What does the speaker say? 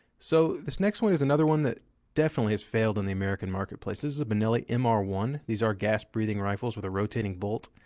so, this next one is another one that definitely has failed on the american marketplace. this is a benelli m r one. these are gas-breathing rifles with a rotating bolt.